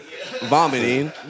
Vomiting